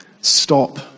Stop